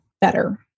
better